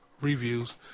reviews